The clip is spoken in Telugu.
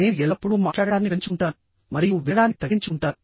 నేను ఎల్లప్పుడూ మాట్లాడటాన్ని పెంచుకుంటాను మరియు వినడాన్ని తగ్గించుకుంటాను